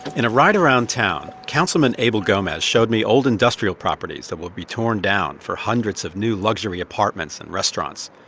in a ride around town, councilman abel gomez showed me old industrial properties that will be torn down for hundreds of new luxury apartments and restaurants.